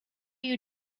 you